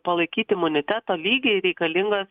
palaikyt imuniteto lygiui reikalingas